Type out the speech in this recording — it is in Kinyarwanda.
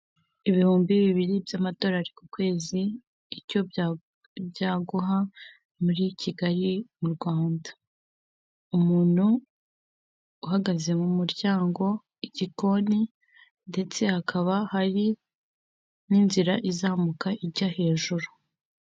Ibihumbi bibiri by'amadorari ku kwezi, icyo byaguha muri Kigali mu Rwanda. Umuntu uhagaze mu muryango, igikoni ndetse hakaba hari n'inzira izamuka ijya hejuru.